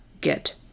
get